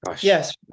Yes